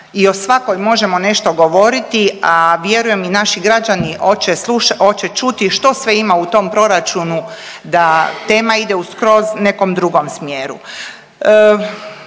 i o svakoj možemo nešto govoriti, a vjerujem i naši građani hoće čuti što sve ima u tom proračunu da tema ide u skroz nekom drugom smjeru.